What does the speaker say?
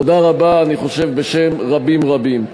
תודה רבה, אני חושב, בשם רבים רבים.